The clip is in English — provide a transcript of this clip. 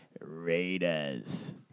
Raiders